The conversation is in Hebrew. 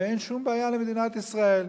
ואין שום בעיה למדינת ישראל.